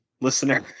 listener